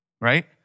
right